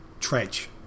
trench